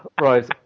Right